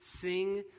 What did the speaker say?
Sing